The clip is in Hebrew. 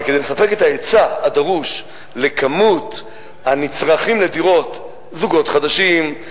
כדי לספק את ההיצע הדרוש לכמות הנצרכים לדירות: זוגות חדשים,